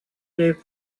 gave